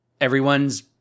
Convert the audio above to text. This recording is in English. Everyone's